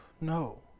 No